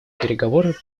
переговоры